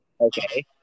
okay